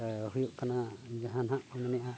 ᱦᱮ ᱦᱩᱭᱩᱜ ᱠᱟᱱᱟ ᱡᱟᱦᱟ ᱱᱟᱜ ᱢᱮᱱᱮᱜᱼᱟ